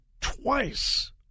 twice